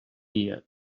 dia